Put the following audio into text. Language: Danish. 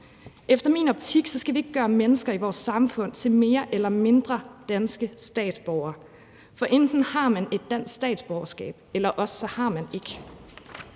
I min optik skal vi ikke gøre mennesker i vores samfund til mere eller mindre danske statsborgere. For enten har man et dansk statsborgerskab, eller også har man det